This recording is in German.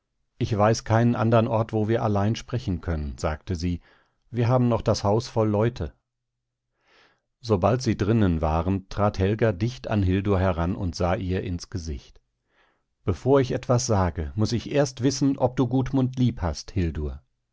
ich weiß keinen andern ort wo wir allein sprechen können sagte sie wir haben noch das haus voll leute sobald sie drinnen waren trat helga dicht an hildur heran und sah ihr ins gesicht bevor ich etwas sage muß ich erst wissen ob du gudmund lieb hast